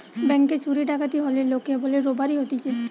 ব্যাংকে চুরি ডাকাতি হলে লোকে বলে রোবারি হতিছে